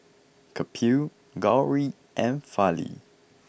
Kapil Gauri and Fali